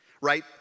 Right